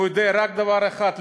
הוא יודע רק דבר אחד,